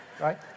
Right